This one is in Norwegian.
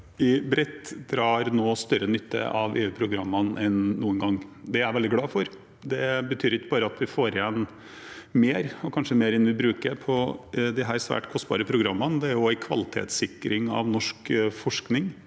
i bredt drar nå større nytte av EU-programmene enn noen gang. Det er jeg veldig glad for. Det betyr ikke bare at vi får igjen mer, og kanskje mer enn vi bruker, på disse svært kostbare programmene. Det er også en kvalitetssikring av norsk forskning